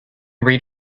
read